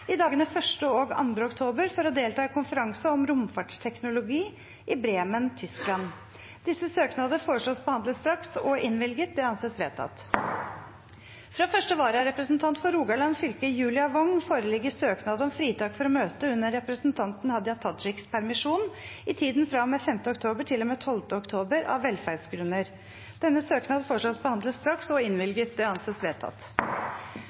i dagene 1. og 2. oktober for å delta i konferanse om romfartsteknologi i Bremen, Tyskland Disse søknader foreslås behandlet straks og innvilget. – Det anses vedtatt. Fra første vararepresentant for Rogaland fylke, Julia Wong , foreligger søknad om fritak for å møte under representanten Hadia Tajiks permisjon, i tiden fra og med 5. oktober til og med 12. oktober, av velferdsgrunner.